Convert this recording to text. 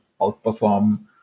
outperform